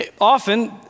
Often